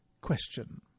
Question